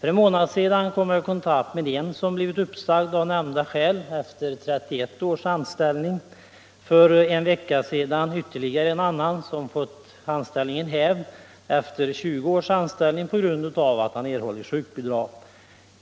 För en månad sedan kom jag i kontakt med en som blivit uppsagd av nämnda skäl efter 31 års anställning, för en vecka sedan med ytterligare en annan som blivit uppsagd efter 20 års anställning på grund av att han erhållit sjukbidrag.